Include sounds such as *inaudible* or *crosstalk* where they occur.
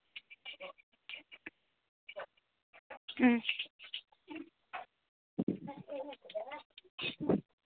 *unintelligible*